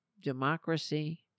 democracy